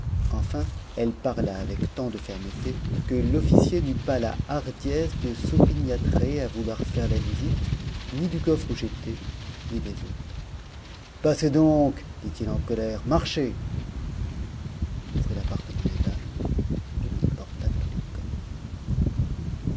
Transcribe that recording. enfin elle parla avec tant de fermeté que l'officier n'eut pas la hardiesse de s'opiniâtrer à vouloir faire la visite ni du coffre où j'étais ni des autres passez donc dit-il en colère marchez on ouvrit l'appartement des dames et l'on y porta tous les coffres